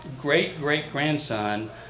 great-great-grandson